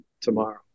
tomorrow